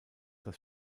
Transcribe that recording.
das